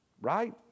right